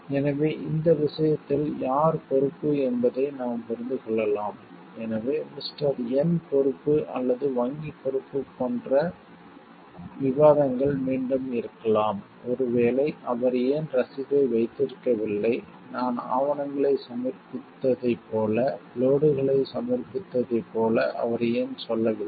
எனவே இந்த விஷயத்தில் யார் பொறுப்பு என்பதை நாம் புரிந்து கொள்ளலாம் எனவே மிஸ்டர் யென் பொறுப்பு அல்லது வங்கி பொறுப்பு என்பது போன்ற விவாதங்கள் மீண்டும் இருக்கலாம் ஒருவேளை அவர் ஏன் ரசீதை வைத்திருக்கவில்லை நான் ஆவணங்களைச் சமர்ப்பித்ததைப் போல லோட்களை சமர்ப்பித்ததைப் போல அவர் ஏன் சொல்லவில்லை